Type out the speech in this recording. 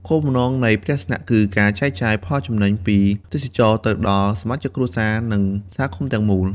គោលការណ៍នៃផ្ទះស្នាក់គឺការចែកចាយ ផលចំណេញ ពីទេសចរណ៍ទៅដល់សមាជិកគ្រួសារ និងសហគមន៍ទាំងមូល។